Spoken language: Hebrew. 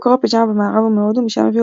מקור הפיג'מה במערב הוא מהודו משם הביאו